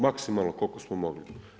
Maksimalno koliko smo mogli.